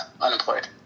Unemployed